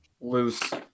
loose